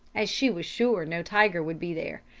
as she was sure no tiger would be there.